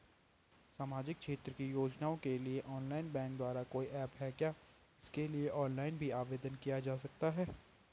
सामाजिक क्षेत्र की योजनाओं के लिए ऑनलाइन बैंक द्वारा कोई ऐप है क्या इसके लिए ऑनलाइन भी आवेदन किया जा सकता है?